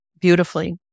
beautifully